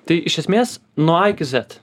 tai iš esmės nuo a ik zet